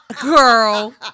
Girl